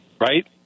right